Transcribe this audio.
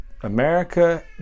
America